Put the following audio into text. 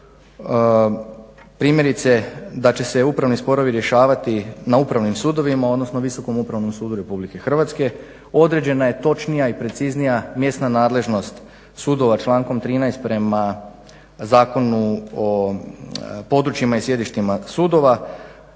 primjerice da će se upravni sporovi rješavati na upravnim sudovima, odnosno Visokom upravnom sudu Republike Hrvatske, određena je točnija i preciznija mjesna nadležnost sudova člankom 13. prema Zakonu o područjima i sjedištima sudova.